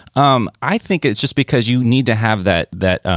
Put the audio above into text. um i think it's just because you need to have that that.